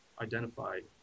identified